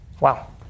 Wow